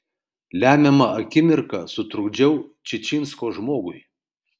lemiamą akimirką sutrukdžiau čičinsko žmogui